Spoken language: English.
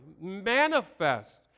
Manifest